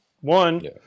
one